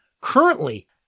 Currently